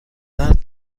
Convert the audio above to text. دارم